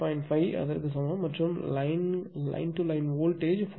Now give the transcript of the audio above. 5 அதற்கு சமம் மற்றும் வரிக்கு வரி வோல்டேஜ் 4160 வி